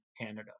Canada